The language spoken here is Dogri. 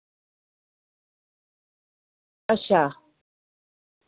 अच्छा